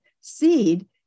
seed